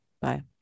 Bye